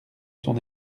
son